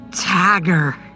Tiger